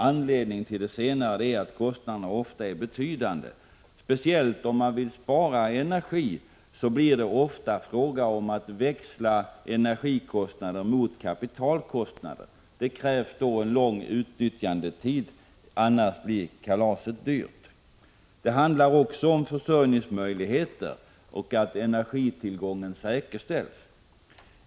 Anledningen till det senare är att kostnaderna ofta är betydande. Speciellt om man vill spara energi, blir det ofta fråga om att växla energikostnader mot kapitalkostnader. Det krävs då en lång utnyttjandetid — annars blir kalaset dyrt. Vidare handlar det om försörjningsmöjligheterna. Energitillgången måste säkerställas.